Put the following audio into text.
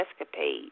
escapade